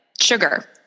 sugar